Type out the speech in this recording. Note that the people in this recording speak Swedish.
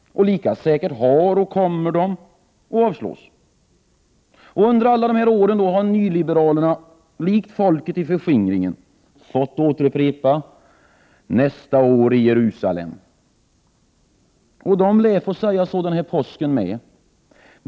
Lika säkert har de avslagits och kommer de att avslås. Under alla dessa år har nyliberalerna likt folket i förskingringen fått återupprepa ”nästa år i Jerusalem”. Och de lär få säga så även denna påsk.